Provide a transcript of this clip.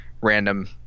Random